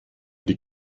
die